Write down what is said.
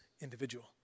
individual